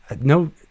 no